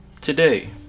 Today